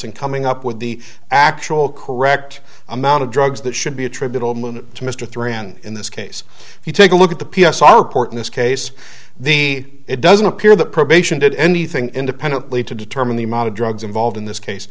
in coming up with the actual correct amount of drugs that should be attributable to mr three and in this case if you take a look at the p s r report in this case the it doesn't appear that probation did anything independently to determine the amount of drugs involved in this case